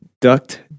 Duct